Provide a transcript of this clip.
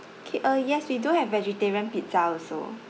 okay uh yes we do have vegetarian pizza also